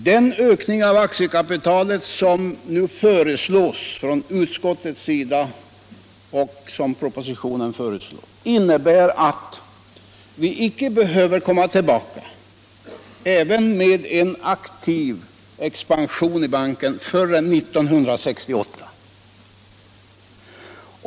Den ökning av aktiekapitalet som nu föreslås i propositionen och av utskottet innebär att vi även med en aktiv expansion i banken inte behöver komma tillbaka förrän 1978.